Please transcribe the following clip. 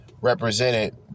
represented